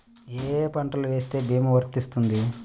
ఏ ఏ పంటలు వేస్తే భీమా వర్తిస్తుంది?